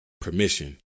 permission